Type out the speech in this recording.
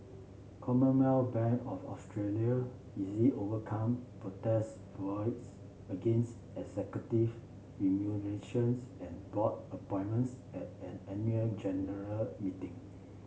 Commonwealth Bank of Australia easily overcome protest votes against executive remunerations and board appointments at an annual general meeting